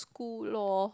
school lor